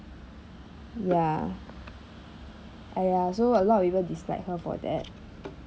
ya ah ya so a lot of people dislike her for that